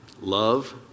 Love